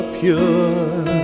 pure